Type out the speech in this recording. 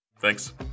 Thanks